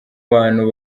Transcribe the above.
bantu